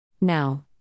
Now